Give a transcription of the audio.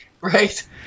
right